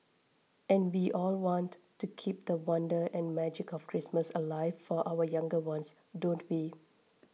and we all want to keep the wonder and magic of Christmas alive for our younger ones don't we